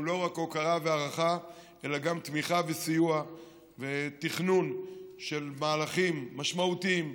הוא לא רק הוקרה והערכה אלא גם תמיכה וסיוע ותכנון של מהלכים משמעותיים,